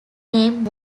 name